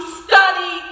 study